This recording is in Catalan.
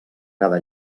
cada